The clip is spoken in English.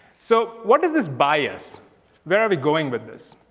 so what does this buy us? where are we going with this?